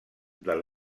del